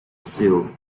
shields